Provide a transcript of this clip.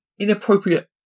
inappropriate